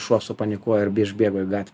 šuo supanikuoja arbe išbėgo į gat